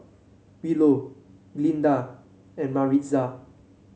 Willow Glinda and Maritza